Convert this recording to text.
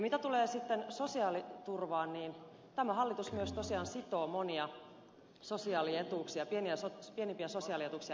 mitä tulee sitten sosiaaliturvaan niin tämä hallitus tosiaan myös sitoo monia pienimpiä sosiaalietuuksia indeksiin